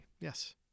Yes